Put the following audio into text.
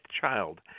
child